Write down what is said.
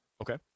Okay